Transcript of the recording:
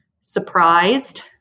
surprised